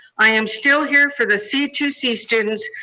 i am still here for the c two c students,